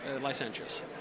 licentious